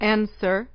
Answer